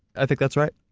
i think that's right.